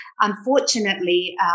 Unfortunately